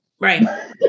Right